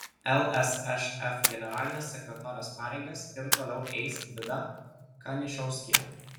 lsšf generalinės sekretorės pareigas ir toliau eis vida kanišauskienė